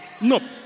no